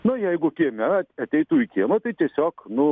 na jeigu kieme ateitų į kiemą tai tiesiog nu